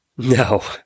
No